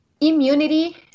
Immunity